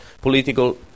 political